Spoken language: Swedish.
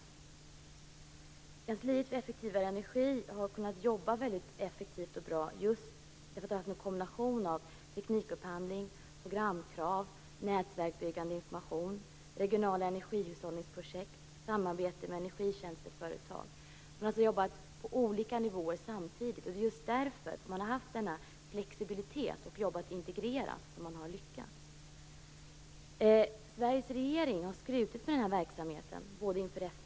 Kansliet för effektivare energi har kunnat jobba väldigt effektivt och bra just tack vare kombinationen av teknikupphandling, programkrav, nätverksbyggande information, regionala energihushållningsprojekt och samarbete med energitjänsteföretag. Man har alltså jobbat på olika nivåer samtidigt. Det är just därför att man haft denna flexibilitet och därför att man kunnat jobba integrerat som man har lyckats. Sveriges regering har skrutit med den här verksamheten inför FN.